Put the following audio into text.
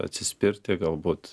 atsispirti galbūt